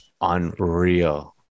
unreal